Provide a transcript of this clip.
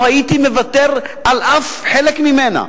לא הייתי מוותר על אף חלק ממנה: